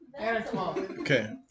Okay